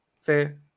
Fair